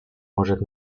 может